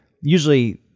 Usually